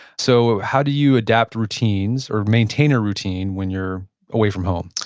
so how do you adapt routines or maintain a routine when you're away from home?